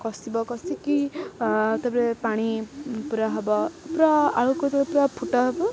କଷିବ କଷିକି ତା'ପରେ ପାଣି ପୁରା ହେବ ପୁରା ଆଳୁ କରିଦେବେ ପୁରା ଫୁଟା ହେବ